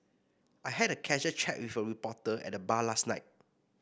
I had a casual chat with a reporter at the bar last night